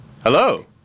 Hello